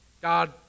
God